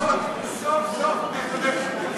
אוה, סוף-סוף הוא מקבל תפקיד.